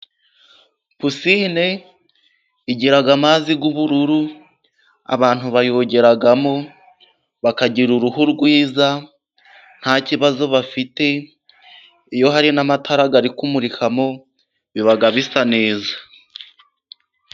Pisine igira amazi y'ubururu， abantu bayogeramo bakagira uruhu rwiza nta kibazo bafite. Iyo hari n'amatara ari kumurikamo，biba bisa neza.